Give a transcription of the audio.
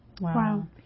Wow